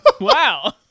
Wow